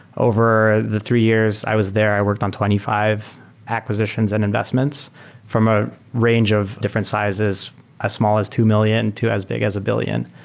over the three years i was there, i worked on twenty five acquisitions and investments from a range of different sizes as ah small as two million to as big as a billion,